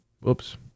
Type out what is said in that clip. Whoops